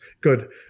good